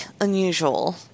unusual